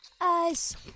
ice